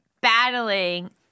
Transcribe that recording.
battling